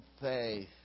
faith